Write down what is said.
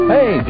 Hey